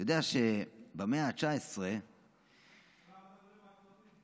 אתה יודע שבמאה ה-19, מדברים על כלבים.